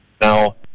Now